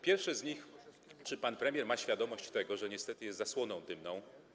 Pierwsze z nich: Czy pan premier ma świadomość tego, że niestety jest zasłoną dymną?